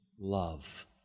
love